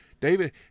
David